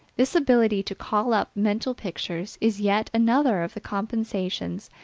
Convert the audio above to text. this ability to call up mental pictures is yet another of the compensations,